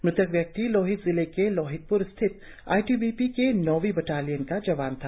मृतक व्यक्ति लोहित जिले के लोहितपुर स्थित आई टी बी पी के नौवीं बटालियन का जवान था